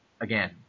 again